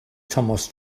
tomos